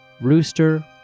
rooster